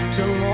Till